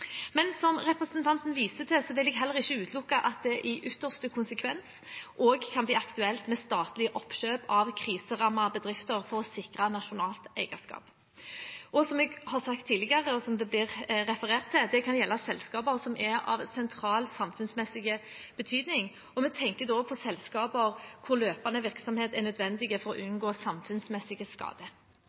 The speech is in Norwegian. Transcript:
Som representanten viser til, vil jeg heller ikke utelukke at det i ytterste konsekvens også kan bli aktuelt med statlig oppkjøp av kriserammede bedrifter for å sikre nasjonalt eierskap. Som jeg har sagt tidligere, og som det er blitt referert til: Det kan gjelde selskaper som er av sentral samfunnsmessig betydning, og vi tenker da på selskaper der løpende virksomhet er nødvendig for å unngå